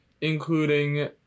including